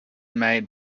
made